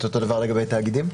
את אותו דבר לגבי תאגידים?